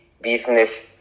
business